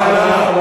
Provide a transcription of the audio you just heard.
משפט אחרון,